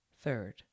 third